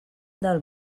del